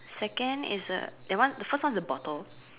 second is a that one the first one is a bottle